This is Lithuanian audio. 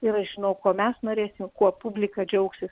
ir aš žinau ko mes norėsim kuo publika džiaugsis